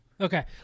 Okay